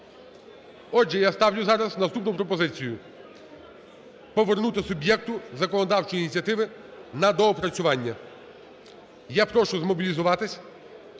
Отже, я ставлю зараз наступну пропозицію: повернути суб'єкту законодавчої ініціативи на доопрацювання. Я прошу змобілізуватися,